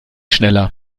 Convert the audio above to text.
schneller